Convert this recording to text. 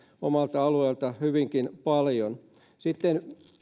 omalta alueelta seurataan hyvinkin paljon sitten